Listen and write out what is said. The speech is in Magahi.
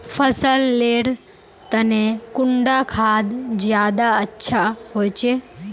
फसल लेर तने कुंडा खाद ज्यादा अच्छा होचे?